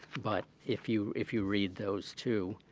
but if you if you read those two,